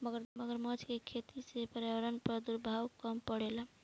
मगरमच्छ के खेती से पर्यावरण पर दुष्प्रभाव कम पड़ेला